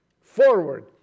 forward